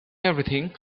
everything